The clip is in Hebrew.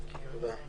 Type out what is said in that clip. ללא בדיקה.